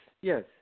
Yes